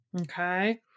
Okay